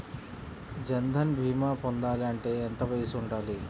జన్ధన్ భీమా పొందాలి అంటే ఎంత వయసు ఉండాలి?